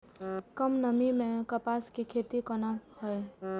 कम नमी मैं कपास के खेती कोना हुऐ?